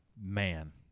man